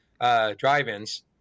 drive-ins